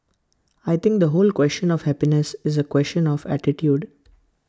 I think the whole question of happiness is A question of attitude